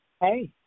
Hey